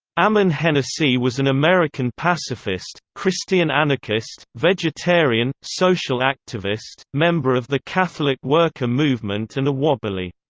ammon hennacy was an american pacifist, christian anarchist, vegetarian, social activist, member of the catholic worker movement and a wobbly.